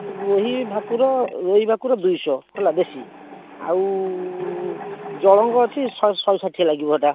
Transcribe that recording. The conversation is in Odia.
ରୋହି ଭାକୁର ରୋହି ଭାକୁର ଦୁଇଶହ ହେଲା ଦେଶୀ ଆଉ ଜଳଙ୍ଗ ଅଛି ଶହେ ଷାଠିଏ ଲାଗିବ ସେଟା